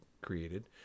created